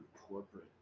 corporate